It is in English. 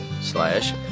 Slash